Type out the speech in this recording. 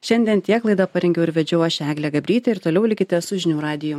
šiandien tiek laidą parengiau ir vedžiau aš eglė gabrytė ir toliau likite su žinių radiju